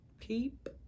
peep